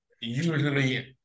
usually